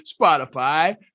Spotify